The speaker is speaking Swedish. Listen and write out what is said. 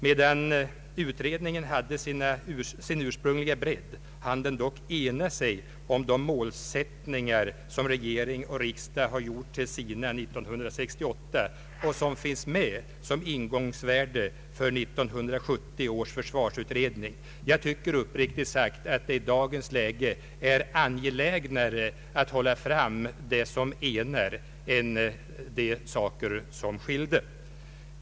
Medan utredningen hade sin ursprungliga bredd, hade den dock enat sig om de målsättningar som regering och riksdag gjorde till sina 1968 och som finns med som ingångsvärdering för 1970 års försvarsutredning. Jag tycker uppriktigt sagt att det i dagens situation är angelägnare att hålla fram det som enar än det som skiljer.